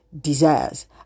desires